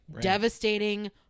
Devastating